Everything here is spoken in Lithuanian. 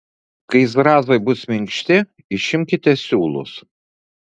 kai zrazai bus minkšti išimkite siūlus